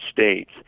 States